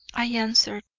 i answered.